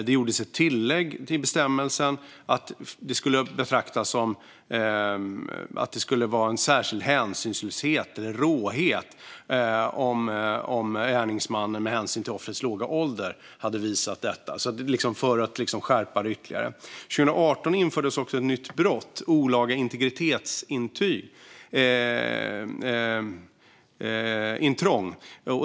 Det gjordes ett tillägg till bestämmelsen så att det skulle betraktas som en särskild hänsynslöshet eller råhet om gärningsmannen till offrets låga ålder hade visat detta. Detta gjordes för att det skulle bli en ytterligare skärpning. År 2018 infördes också ett nytt brott, olaga integritetsintrång.